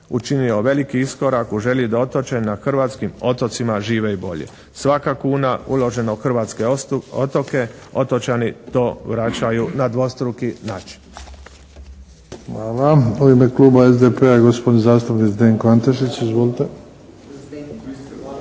učinio veliki iskorak u želji da otočani na hrvatskim otocima žive i bolje. Svaka kuna uložena u hrvatske otoke, otočani to vraćaju na dvostruki način.